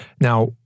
Now